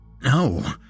No